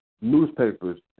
newspapers